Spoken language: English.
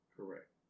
Correct